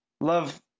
Love